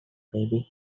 baby